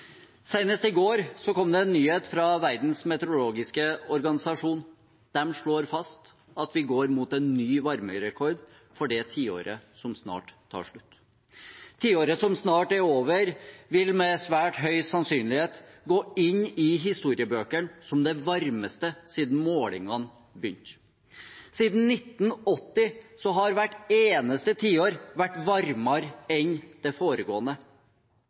Senest i går kom det en nyhet fra Verdens meteorologiorganisasjon. De slår fast at vi går mot en ny varmerekord for det tiåret som snart tar slutt. Tiåret som snart er over, vil med svært høy sannsynlighet gå inn i historiebøkene som det varmeste siden målingene begynte. Siden 1980 har hvert eneste tiår vært varmere enn det foregående,